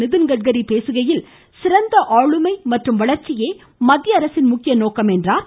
நிதின்கட்கரி பேசுகையில் சிறந்த ஆளுமை மற்றும் வளர்ச்சியே மத்திய அரசின் முக்கிய நோக்கம் என்றார்